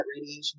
radiation